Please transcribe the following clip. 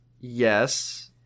Yes